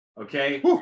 Okay